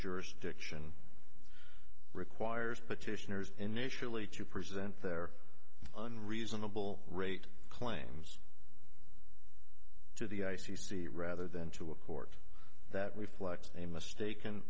jurisdiction requires petitioners initially to present their an reasonable rate claims to the i c c rather than to a court that reflects a mistaken